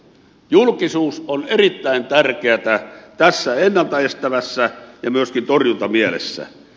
julkisuus on erittäin tärkeätä tässä ennalta estävästi ja myöskin torjuntamielessä